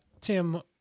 Tim